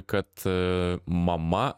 kad mama